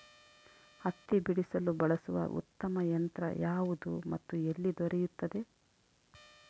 ಹತ್ತಿ ಬಿಡಿಸಲು ಬಳಸುವ ಉತ್ತಮ ಯಂತ್ರ ಯಾವುದು ಮತ್ತು ಎಲ್ಲಿ ದೊರೆಯುತ್ತದೆ?